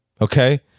Okay